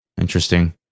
Interesting